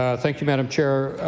ah thank you madam chair.